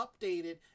updated